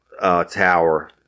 tower